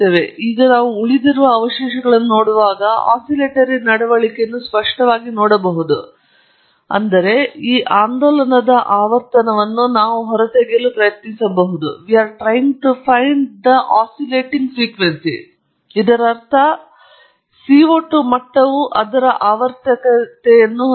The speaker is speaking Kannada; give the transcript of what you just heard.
ಈಗ ನಾವು ಇಲ್ಲಿ ಉಳಿದಿರುವ ಅವಶೇಷಗಳನ್ನು ನೋಡುವಾಗ ನಾವು ಆಸಿಲೇಟರಿ ನಡವಳಿಕೆಯನ್ನು ಸ್ಪಷ್ಟವಾಗಿ ನೋಡಬಹುದು ಅಂದರೆ ಈ ಆಂದೋಲನದ ಆವರ್ತನವನ್ನು ನಾವು ಹೊರತೆಗೆಯಲು ಪ್ರಯತ್ನಿಸಬಹುದು ಇದರರ್ಥ CO 2 ಮಟ್ಟವು ಅದರ ಆವರ್ತಕತೆಯನ್ನು ಹೊಂದಿದೆ